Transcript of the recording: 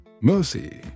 mercy